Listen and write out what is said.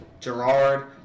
Gerard